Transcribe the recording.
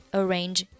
arrange